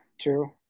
True